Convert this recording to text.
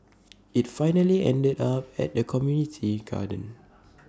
IT finally ended up at the community garden